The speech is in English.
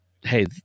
hey